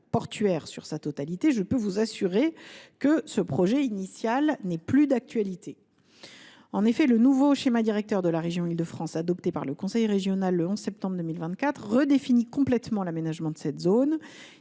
portuaire sur sa totalité, je peux vous assurer que ce projet initial n’est plus d’actualité. En effet, le nouveau schéma directeur environnemental de la région d’Île de France (Sdrif E), adopté par le conseil régional le 11 septembre 2024, redéfinit complètement l’aménagement de cette zone.